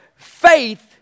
faith